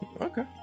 Okay